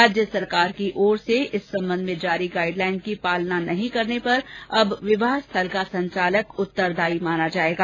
राज्य सरकार की ओर से इस संबंध में जारी गाइडलाइन की पालना नहीं करने पर अब विवाह स्थल का संचालक उत्तरदायी माना जायेगा